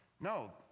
No